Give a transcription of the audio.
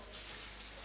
Hvala